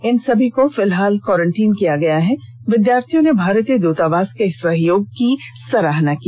इन सभी विद्यार्थियों को फिलहाल क्वारेंटीन किया गया है विद्यार्थियों ने भारतीय दूतावास के सहयोग की सराहना की